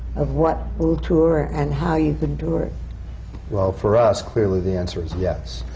of what will tour and how you can tour? well, for us, clearly the answer is yes.